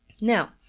Now